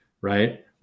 right